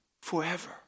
forever